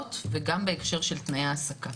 המכסות וגם בהקשר של תנאי ההעסקה.